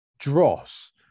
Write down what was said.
Dross